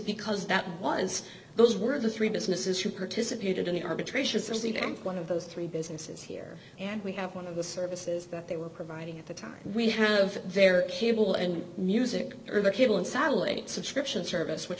because that was those were the three businesses who participated in the arbitration system for one of those three businesses here and we have one of the services that they were providing at the time we have their will and music are the cable and sally subscription service which